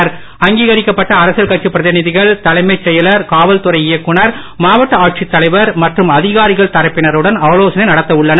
அதிகாரிகள் அங்கீகரிக்கப்பட்ட அரசியல் கட்சி பிரதிநிதிகள் தலைமைச் செயலர் காவல்துறை இயக்குனர் மாவட்ட ஆட்சித்தலைவர் மற்றும் அதிகாரிகள் தரப்பினருடன் ஆலோசனை நடத்த உள்ளனர்